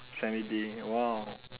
semi D !wow!